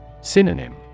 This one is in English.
Synonym